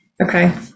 Okay